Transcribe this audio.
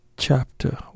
Chapter